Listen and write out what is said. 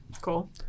Cool